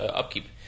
upkeep